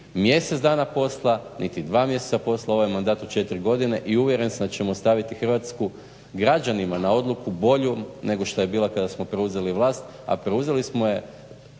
mjesec dana posla niti dva mjeseca posla, ovo je mandat od četiri godine i uvjeren sam da ćemo ostaviti Hrvatsku građanima na odluku boljom nego što je bila kada smo preuzeli vlast. A preuzeli smo je,